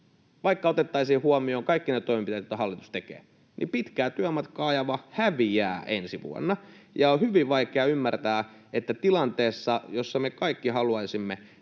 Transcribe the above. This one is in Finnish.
Vaikka otettaisiin huomioon kaikki ne toimenpiteet, joita hallitus tekee, niin pitkää työmatkaa ajava häviää ensi vuonna, ja on hyvin vaikea ymmärtää, että tilanteessa, jossa me kaikki varmasti